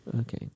Okay